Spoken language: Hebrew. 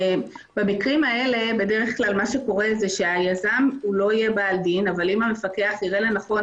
שבמקרים האלה בדרך כלל היזם לא יהיה בעל דין אבל אם המפקח יראה לנכון